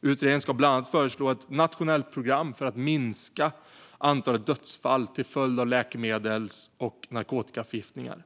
Utredningen ska bland annat föreslå nationellt program för att minska antalet dödsfall till följd av läkemedels och narkotikaförgiftningar.